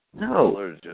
no